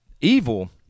evil